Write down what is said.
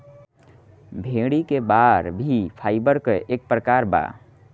भेड़ी क बार भी फाइबर क एक प्रकार बा